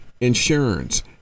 insurance